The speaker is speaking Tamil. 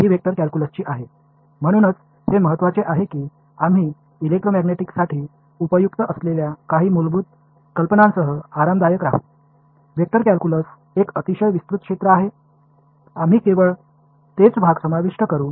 வெக்டர் கால்குலஸ் மிகவும் பரந்த பகுதி எனவே எலக்ட்ரோமேக்னடிக்ஸ் உடன் தொடர்புடைய பகுதிகளை மட்டும் நாம் இங்கு பார்ப்போம்